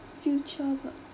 future work